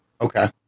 Okay